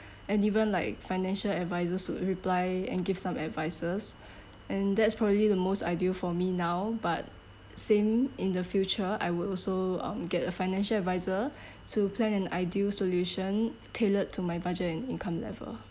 and even like financial advisers would reply and give some advices and that's probably the most ideal for me now but same in the future I will also um get a financial adviser to plan an ideal solution tailored to my budget and income level